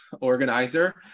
organizer